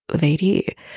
Lady